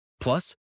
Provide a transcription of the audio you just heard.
Plus